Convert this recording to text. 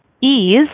ease